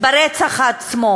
ברצח עצמו,